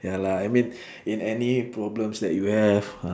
ya lah I mean in any problems that you have ah